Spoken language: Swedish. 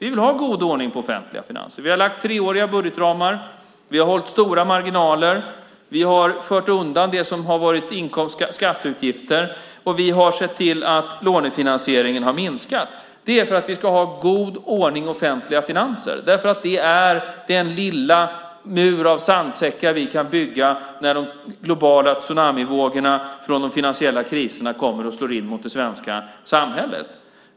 Vi vill ha en god ordning på offentliga finanser. Vi har lagt treåriga budgetramar. Vi har hållit stora marginaler. Vi har fört undan det som har varit skatteutgifter. Vi har sett till att lånefinansieringen har minskat. Det är för att vi ska ha god ordning i offentliga finanser, därför att det är den lilla mur av sandsäckar vi kan bygga när de globala tsunamivågorna från de finansiella kriserna kommer och slår in mot det svenska samhället.